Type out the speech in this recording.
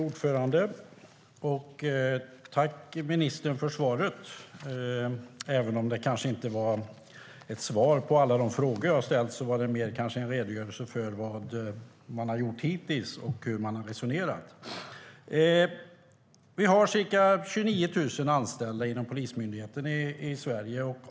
Fru talman! Tack, ministern, för svaret, även om jag inte fick svar på alla frågor som jag hade ställt. Det var kanske mer en redogörelse för vad man har gjort hittills och hur man har resonerat. Det finns ca 29 000 anställda inom Polismyndigheten i Sverige.